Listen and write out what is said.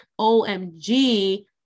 OMG